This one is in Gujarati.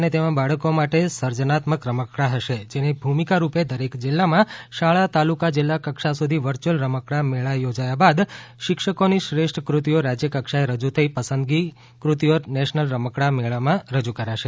અને તેમાં બાળકો માટે સર્જનાત્મક રમકડાં હશે જેની ભૂમિકારૂપે દરેક જિલ્લામાં શાળા તાલુકા જિલ્લાકક્ષા સુધી વર્ચ્યુઅલ રમકડા મેળા યોજાયા બાદ શિક્ષકોની શ્રેષ્ઠ કૃતિઓ રાજ્યકક્ષાએ રજૂ થઇ પસંદગી કૃતિઓ નેશનલ રમકડાં મેળામાં રજૂ કરાશે